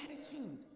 attitude